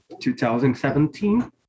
2017